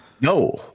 No